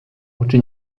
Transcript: uczy